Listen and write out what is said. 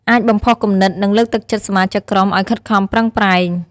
អាចបំផុសគំនិត និងលើកទឹកចិត្តសមាជិកក្រុមឱ្យខិតខំប្រឹងប្រែង។